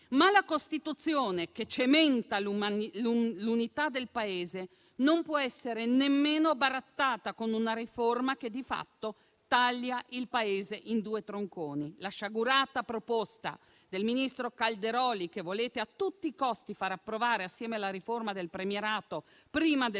Ma la Costituzione, che cementa l'unità del Paese, non può essere nemmeno barattata con una riforma che di fatto taglia il Paese in due tronconi. La sciagurata proposta del ministro Calderoli, che volete a tutti i costi far approvare assieme alla riforma del premierato prima del